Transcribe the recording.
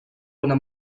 una